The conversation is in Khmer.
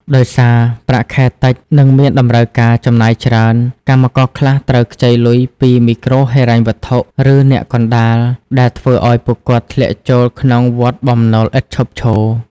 ដោយសារប្រាក់ខែតិច និងមានតម្រូវការចំណាយច្រើន កម្មករខ្លះត្រូវខ្ចីលុយពីមីក្រូហិរញ្ញវត្ថុ ឬអ្នកកណ្ដាល ដែលធ្វើឱ្យពួកគាត់ធ្លាក់ចូលក្នុងវដ្តបំណុលឥតឈប់ឈរ។